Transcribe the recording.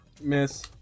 Miss